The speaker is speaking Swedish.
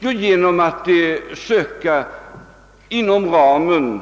Jo, genom att inom ramen